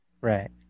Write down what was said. right